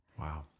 Wow